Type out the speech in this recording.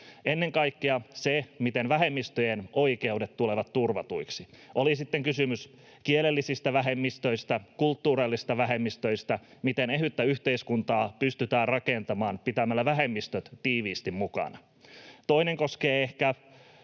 Ennen kaikkea siinä, miten vähemmistöjen oikeudet tulevat turvatuiksi — oli sitten kysymys kielellisistä vähemmistöistä, kulttuurillisista vähemmistöistä, siitä, miten ehyttä yhteiskuntaa pystytään rakentamaan pitämällä vähemmistöt tiiviisti mukana. Toinen asia koskee ehkä